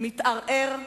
מתערער והולך.